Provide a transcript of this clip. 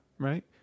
right